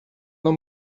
não